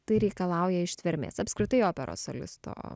tai reikalauja ištvermės apskritai operos solisto